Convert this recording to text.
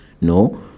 No